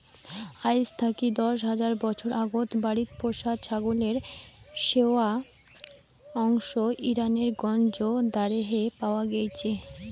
আইজ থাকি দশ হাজার বছর আগত বাড়িত পোষা ছাগলের শেশুয়া অংশ ইরানের গঞ্জ দারেহে পাওয়া গেইচে